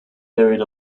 buried